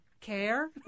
care